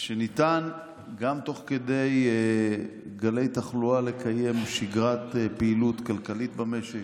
שניתן גם תוך כדי גלי תחלואה לקיים שגרת פעילות כלכלית במשק,